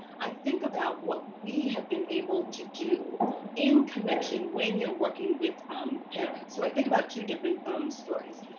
i think about what we have been able to do in connection when you are working with um parents. so i think about two different um stories.